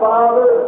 Father